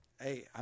Hey